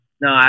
no